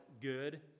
good